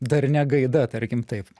darnia gaida tarkim taip